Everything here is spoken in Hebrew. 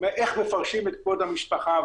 איך מפרשים את כבוד המשפחה,